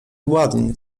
ładnie